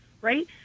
right